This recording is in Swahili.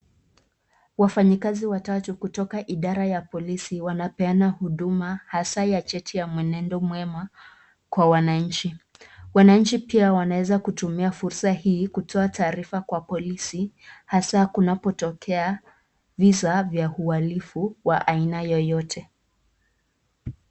Wafanyikazi watatu kutoka idara ya polisi wanapeana huduma hasaa ya cheti ya mwenendo mwema kwa wananchi, wananchi pia wanaweza kutumia fursa hii kutoa taharifa kwa polisi hasaa kunapotokea viza vya uhalifu wa aina yoyote.